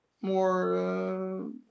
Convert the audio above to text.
more